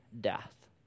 death